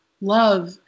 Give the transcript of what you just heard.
love